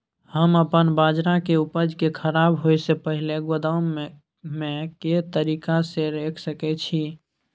हम अपन बाजरा के उपज के खराब होय से पहिले गोदाम में के तरीका से रैख सके छी?